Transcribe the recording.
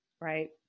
Right